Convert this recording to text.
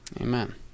Amen